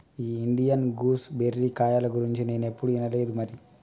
ఈ Indian gooseberry కాయల గురించి నేనేప్పుడు ఇనలేదు మరి